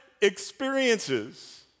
experiences